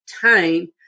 time